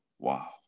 Wow